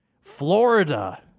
Florida